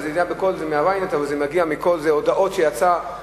אבל אלה הודעות שיצאו.